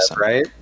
right